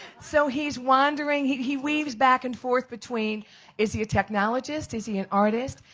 so he is wandering, he he weaves back and forth between is he a technologist, is he an artist?